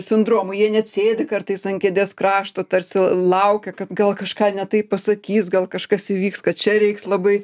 sindromu jie net sėdi kartais ant kėdės krašto tarsi laukia kad gal kažką ne taip pasakys gal kažkas įvyks kad čia reiks labai